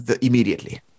immediately